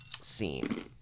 scene